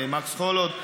למקס חולוד.